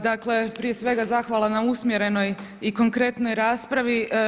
Dakle, prije svega zahvala na usmjerenoj i konkretnoj raspravi.